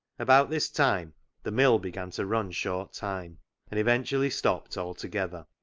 about this time the mill began to run short-time, and eventually stopped altogether.